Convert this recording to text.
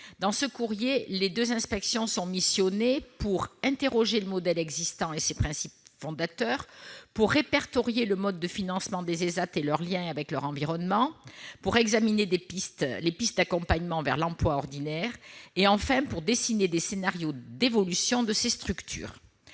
Dans ce courrier, les deux inspections sont missionnées pour interroger le modèle existant et ses principes fondateurs ; répertorier le mode de financement des ÉSAT et leurs liens avec leur environnement, examiner les pistes d'accompagnement vers l'emploi ordinaire ; dessiner des scénarios d'évolution de ces structures.